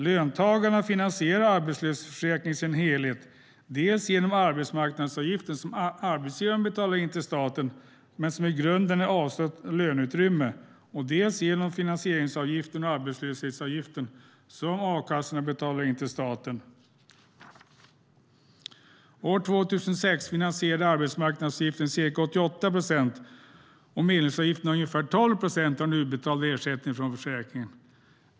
Löntagarna finansierar arbetslöshetsförsäkringen i sin helhet, dels genom arbetsmarknadsavgiften som arbetsgivaren betalar in till staten men som i grunden är avstått löneutrymme, dels genom finansieringsavgiften och arbetslöshetsavgiften som a-kassorna betalar in till staten. År 2006 finansierade arbetsmarknadsavgiften ca 88 procent och medlemsavgifterna ungefär 12 procent av den utbetalda ersättningen från försäkringen.